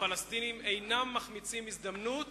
מאז 1947 הפלסטינים אינם מחמיצים הזדמנות